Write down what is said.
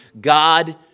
God